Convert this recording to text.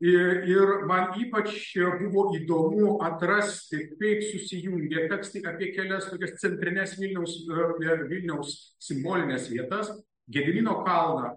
ir ir man ypač buvo įdomu atrasti kaip susijungia tekstai apie kelias tokias centrines vilniaus apie vilniaus simbolines vietas gedimino kalną